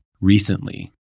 recently